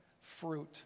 fruit